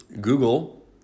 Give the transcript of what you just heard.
Google